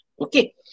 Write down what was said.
Okay